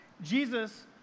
Jesus